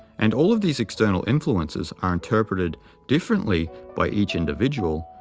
and all of these external influences are interpreted differently by each individual,